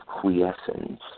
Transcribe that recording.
quiescence